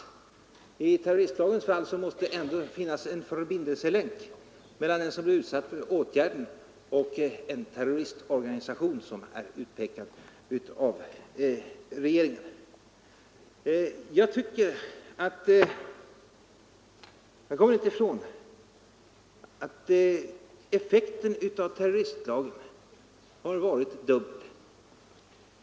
Enligt terroristlagen måste det ändå finnas en förbindelselänk mellan den som blir utsatt för åtgärden och en terroristorganisation som är utpekad av regeringen. Jag kan inte komma ifrån att effekten av terroristlagen har varit dubbel.